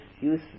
use